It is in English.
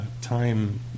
time